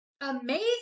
amazing